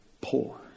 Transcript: poor